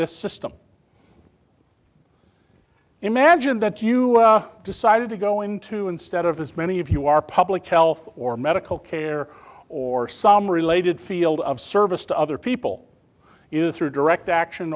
this system imagine that you decided to go into instead of this many of you are public health or medical care or some related field of service to other people is through direct action